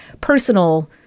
personal